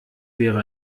wäre